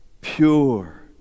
pure